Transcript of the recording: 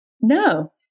No